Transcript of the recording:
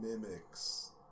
mimics